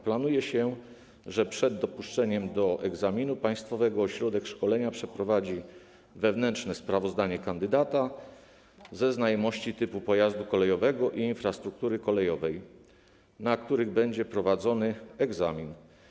Planuje się, że przed dopuszczeniem do egzaminu państwowego ośrodek szkolenia przeprowadzi wewnętrzne sprawdzenie kandydata ze znajomości typu pojazdu kolejowego i infrastruktury kolejowej, w których będzie prowadzony egzamin.